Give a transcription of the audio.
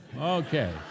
Okay